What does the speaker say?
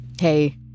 Hey